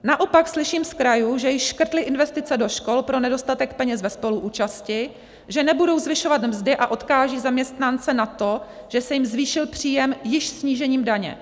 Naopak slyším z krajů, že již škrtly investice do škol pro nedostatek peněz ve spoluúčasti, že nebudou zvyšovat mzdy a odkážou zaměstnance na to, že se jim zvýšil příjem již snížením daně.